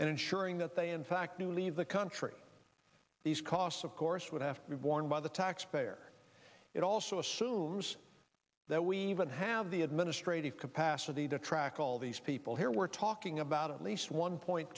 and ensuring that they in fact do leave the country these costs of course would have to be borne by the taxpayer it also assumes that we even have the administrative capacity to track all these people here we're talking about at least one point